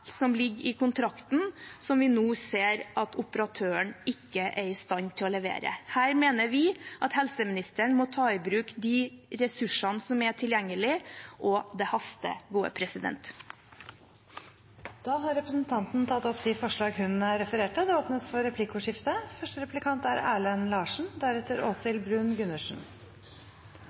som ligger i kontrakten, som vi nå ser at operatøren ikke er i stand til å levere. Her mener vi at helseministeren må ta i bruk de ressursene som er tilgjengelig, og det haster. Da har representanten Ingvild Kjerkol tatt opp de forslag hun refererte til. Det blir replikkordskifte. Da jeg så forslagene til endringer i budsjettet fra Arbeiderpartiet, Senterpartiet og SV, slo det